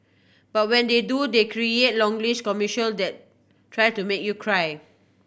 but when they do they create longish commercial that try to make you cry